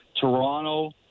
Toronto